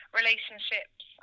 relationships